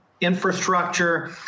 infrastructure